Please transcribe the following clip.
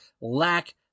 lack